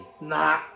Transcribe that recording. Nah